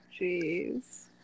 jeez